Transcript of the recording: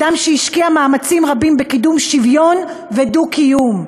אדם שהשקיע מאמצים רבים בקידום שוויון ודו-קיום.